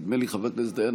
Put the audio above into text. חבר הכנסת דיין,